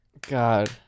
God